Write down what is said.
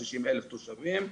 60,000 תושבים.